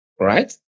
right